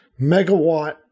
megawatt